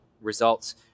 results